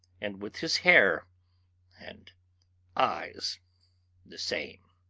and with his hair and eyes the same.